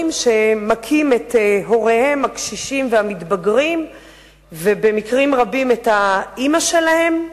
שמכים את הוריהם הקשישים והמתבגרים ובמקרים רבים את האמא שלהם,